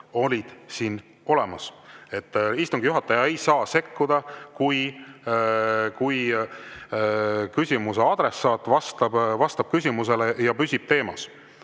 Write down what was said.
olid siin olemas. Istungi juhataja ei saa sekkuda, kui küsimuse adressaat vastab küsimusele ja püsib teemas.